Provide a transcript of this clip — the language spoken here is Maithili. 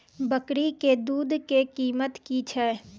बकरी के दूध के कीमत की छै?